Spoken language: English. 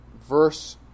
verse